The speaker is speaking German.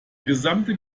gesamte